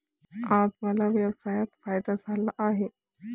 आज मला व्यवसायात फायदा झाला आहे